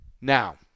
now